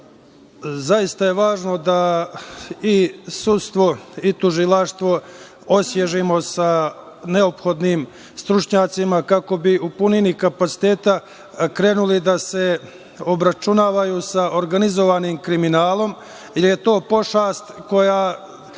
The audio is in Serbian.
je važno da i sudstvo i tužilaštvo osvežimo sa neophodnim stručnjacima kako bi u punom kapacitetu krenuli da se obračunavaju sa organizovanim kriminalom, jer je to pošast koja